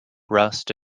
rust